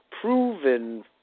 proven